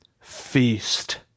Feast